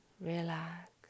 relax